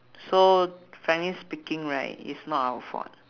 so frankly speaking right it's not our fault